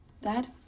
Dad